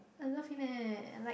I love him eh like